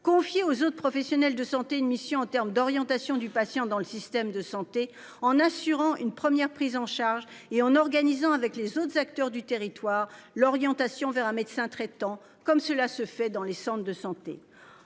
confier aux autres professionnels de santé, une mission en termes d'orientation du patient dans le système de santé en assurant une première prise en charge et en organisant avec les autres acteurs du territoire l'orientation vers un médecin traitant comme cela se fait dans les centres de santé